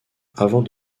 avant